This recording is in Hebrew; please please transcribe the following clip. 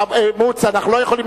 מוץ, אנחנו לא יכולים.